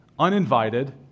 uninvited